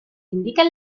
indican